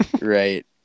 Right